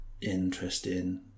interesting